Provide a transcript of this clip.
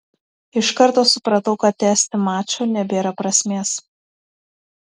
iš karto supratau kad tęsti mačo nebėra prasmės